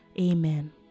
amen